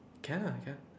can ah can